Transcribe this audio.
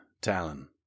Talon